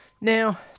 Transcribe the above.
Now